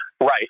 Right